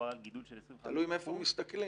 מדובר על גידול של 25%. תלוי מאיפה מסתכלים.